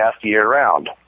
year-round